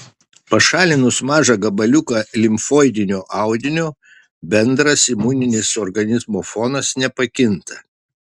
pašalinus mažą gabaliuką limfoidinio audinio bendras imuninis organizmo fonas nepakinta